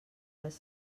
les